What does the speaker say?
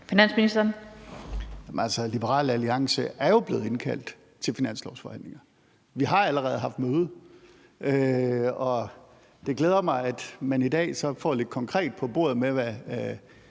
Men altså, Liberal Alliance er jo blevet indkaldt til finanslovsforhandlinger. Vi har allerede haft møde, og det glæder mig, at man i dag så får lidt konkret på bordet med, hvad